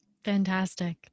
Fantastic